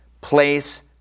place